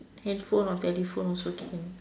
handphone or telephone also can